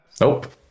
Nope